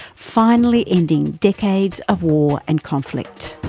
finally ending decades of war and conflict.